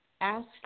Ask